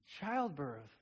Childbirth